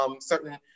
certain